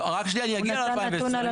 אני אגיע ל-2020.